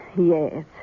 Yes